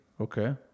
Okay